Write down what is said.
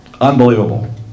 unbelievable